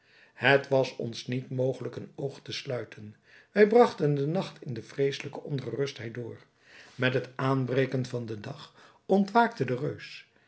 het was ons niet mogelijk een oog te sluiten wij bragten den nacht in de vreeselijkste ongerustheid door met het aanbreken van den dag ontwaakte de reus